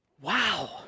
Wow